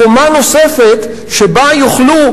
קומה נוספת שבה יוכלו,